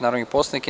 narodnih poslanika.